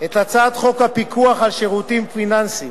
את הצעת חוק הפיקוח על שירותים פיננסיים